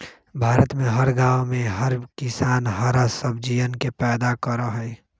भारत में हर गांव में हर किसान हरा सब्जियन के पैदा करा हई